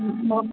म